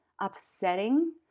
upsetting